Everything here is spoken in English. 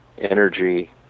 energy